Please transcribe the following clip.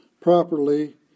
properly